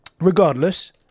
Regardless